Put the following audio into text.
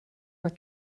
were